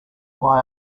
why